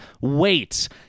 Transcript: wait